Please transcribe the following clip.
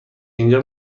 اینجا